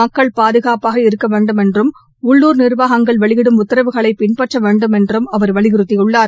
மக்கள் பாதுகாப்பாக இருக்க வேண்டுமென்றும் உள்ளுர் நிர்வாகங்கள் வெளியிடும் உத்தரவுகளை பின்பற்ற வேண்டுமென்றும் அவர் வலியுறுத்தியுள்ளார்